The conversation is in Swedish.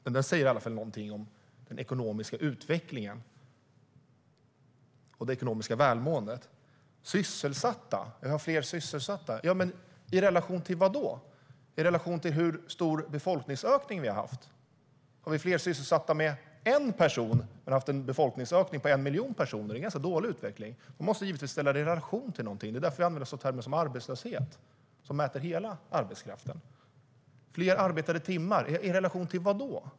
Men den säger i alla fall någonting om den ekonomiska utvecklingen och det ekonomiska välmåendet. Det sägs att vi har fler sysselsatta, men i relation till vad? Är det i relation till hur stor befolkningsökning som vi har haft? Betyder det att sysselsättningen har ökat med en person samtidigt som vi har haft en befolkningsökning på en miljon personer? Det är en ganska dålig utveckling. Vi måste givetvis ställa det i relation till någonting. Det är därför som man använder sådana termer som arbetslöshet som mäter hela arbetskraften. Antalet arbetade timmar har ökat, i relation till vadå?